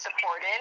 supported